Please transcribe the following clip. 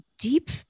deep